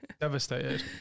Devastated